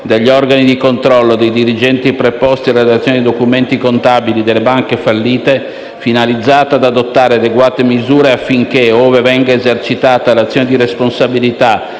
degli organi di controllo e dei dirigenti preposti alla redazione dei documenti contabili delle banche fallite, finalizzata ad adottare adeguate misure affinché, ove venga esercitata l'azione di responsabilità,